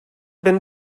been